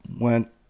went